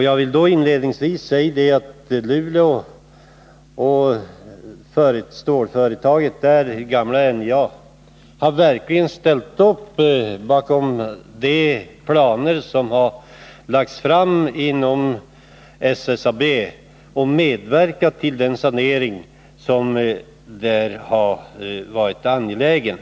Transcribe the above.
Jag vill inledningsvis säga att Luleå och stålföretaget där — gamla NJA — verkligen har ställt upp på de planer som lagts fram inom SSAB och medverkat till en sanering som varit angelägen.